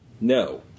No